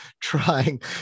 trying